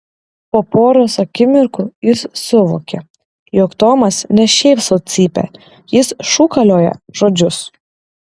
po poros akimirkų jis suvokė jog tomas ne šiaip sau cypia jis šūkalioja žodžius